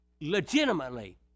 legitimately